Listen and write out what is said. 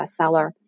bestseller